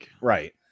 Right